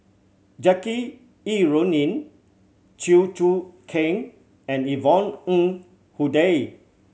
Jackie Yi Ru Ying Chew Choo Keng and Yvonne Ng Uhde